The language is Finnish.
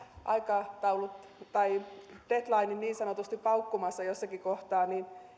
aikataulut tai deadline niin niin sanotusti paukkumassa jossakin kohtaa